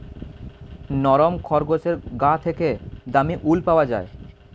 নরম খরগোশের গা থেকে দামী উল পাওয়া যায়